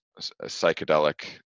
psychedelic